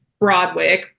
Broadwick